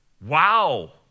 Wow